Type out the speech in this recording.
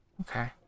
Okay